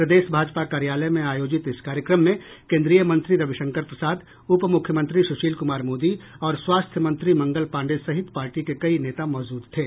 प्रदेश भाजपा कार्यालय में आयोजित इस कार्यक्रम में केंद्रीय मंत्री रविशंकर प्रसाद उपमुख्यमंत्री सूशील कुमार मोदी और स्वास्थ्य मंत्री मंगल पांडेय सहित पार्टी के कई नेता मौजूद थे